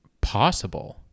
possible